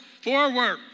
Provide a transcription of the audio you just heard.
Forward